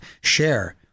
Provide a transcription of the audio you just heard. share